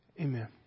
Amen